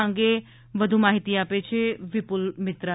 આ અંગે વધુ માહીતી આપે છે વિપુલ મિત્રા